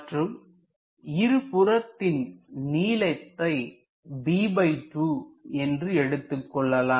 மற்றும் இருப்புறத்தில் நீளத்தை என்று எடுத்துக் கொள்ளலாம்